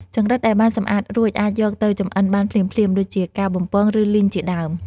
ចង្រិតដែលបានសម្អាតរួចអាចយកទៅចម្អិនបានភ្លាមៗ ដូចជាការ បំពង ឬលីងជាដើម។